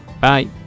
bye